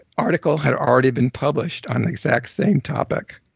article had already been published on the exact same topic